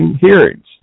hearings